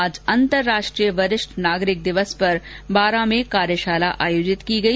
आज अन्तर्राष्ट्रीय वरिष्ठ नागरिक दिवस पर बारा में कार्यशाला आयोजित की गई